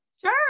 Sure